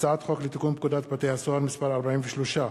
הצעת חוק לתיקון פקודת בתי-הסוהר (מס' 43),